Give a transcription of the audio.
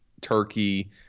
turkey